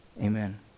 Amen